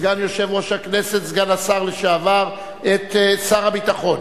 סגן יושב-ראש הכנסת, לשעבר סגן שר, את שר הביטחון.